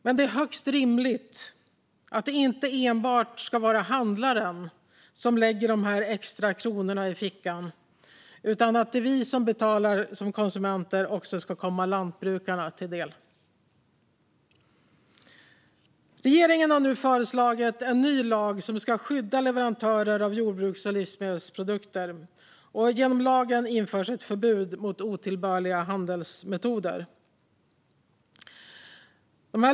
Men det är högst rimligt att det inte enbart ska vara handlaren som lägger de här extra kronorna i fickan utan att det vi konsumenter betalar ska komma också lantbrukarna till del. Regeringen har nu föreslagit en ny lag som ska skydda leverantörer av jordbruks och livsmedelsprodukter. Genom lagen införs ett förbud mot otillbörliga handelsmetoder.